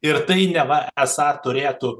ir tai neva esą turėtų